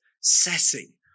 setting